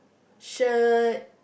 shirt